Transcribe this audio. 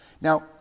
Now